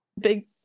big